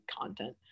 content